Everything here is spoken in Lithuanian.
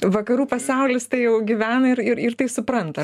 vakarų pasaulis tai jau gyvena ir ir ir tai supranta